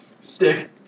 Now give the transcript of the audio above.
Stick